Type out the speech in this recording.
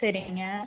சரிங்க